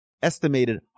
Estimated